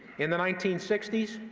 in the nineteen sixty s,